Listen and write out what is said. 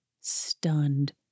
stunned